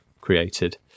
created